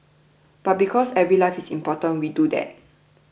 but because every life is important we do that